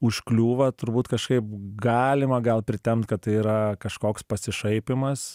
užkliūva turbūt kažkaip galima gal pritempt kad tai yra kažkoks pasišaipymas